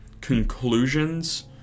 conclusions